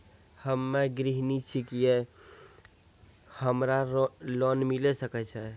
हम्मे गृहिणी छिकौं, की हमरा लोन मिले सकय छै?